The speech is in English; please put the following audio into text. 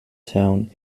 town